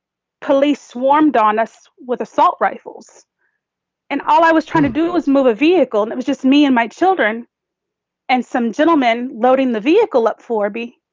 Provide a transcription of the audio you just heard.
police swarmed on us with assault rifles and all i was trying to do is move a vehicle that was just me and my children and some gentleman loading the vehicle up four b.